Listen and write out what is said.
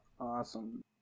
Awesome